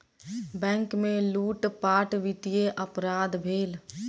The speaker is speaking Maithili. बैंक में लूटपाट वित्तीय अपराध भेल